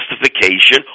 justification